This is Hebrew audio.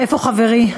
איפה חברי?